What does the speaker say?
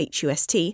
HUST